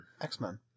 X-Men